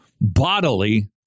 bodily